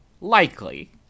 likely